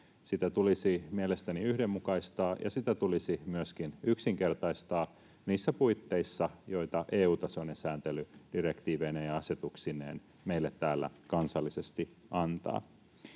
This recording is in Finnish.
Sitä tulisi mielestäni yhdenmukaistaa, ja sitä tulisi myöskin yksinkertaistaa niissä puitteissa, joita EU-tasoinen sääntely direktiiveineen ja asetuksineen meille täällä kansallisesti antaa.